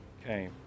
Okay